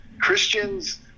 Christians